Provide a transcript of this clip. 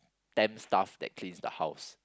temp staff that cleans the house